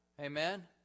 Amen